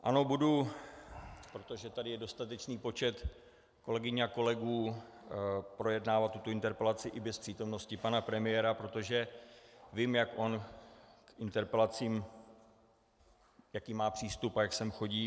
Ano, budu, protože tady je dostatečný počet kolegyň a kolegů, projednávat tuto interpelaci i bez přítomnosti pana premiéra, protože vím, jaký k interpelacím má přístup a jak sem chodí.